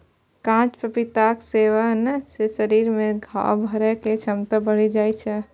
कांच पपीताक सेवन सं शरीर मे घाव भरै के क्षमता बढ़ि जाइ छै